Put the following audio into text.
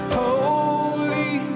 holy